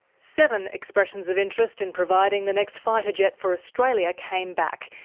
seven expressions of interest in providing the next fighter jet for australia came back,